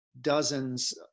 dozens